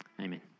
Amen